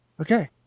Okay